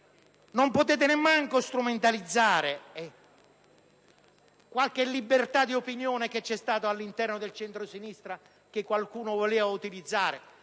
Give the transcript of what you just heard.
non potete nemmeno strumentalizzare la libertà di opinione che c'è all'interno del centrosinistra e che qualcuno voleva utilizzare,